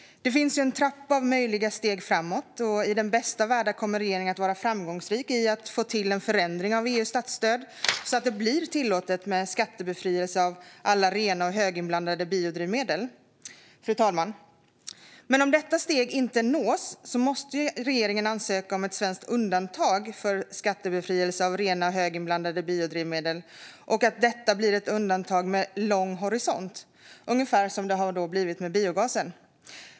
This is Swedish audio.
Det finns en trappa av möjliga steg framåt. I den bästa av världar kommer regeringen att vara framgångsrik i att få till en förändring av EU:s statsstöd så att det blir tillåtet med skattebefrielse för alla rena och höginblandade biodrivmedel. Fru talman! Men om detta steg inte nås måste regeringen ansöka om ett svenskt undantag för skattebefrielse för rena och höginblandade biodrivmedel. Och det måste bli ett undantag med lång horisont, ungefär som det har blivit med biogasen.